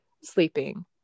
sleeping